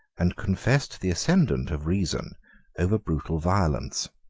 and confessed the ascendant of reason over brutal violence.